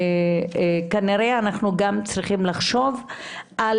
כנראה שאנחנו גם צריכים לחשוב על